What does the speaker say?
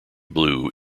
blue